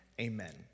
Amen